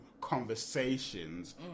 conversations